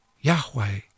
Yahweh